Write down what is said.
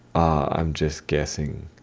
i'm just guessing.